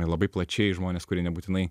labai plačiai žmones kurie nebūtinai